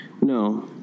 No